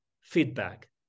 feedback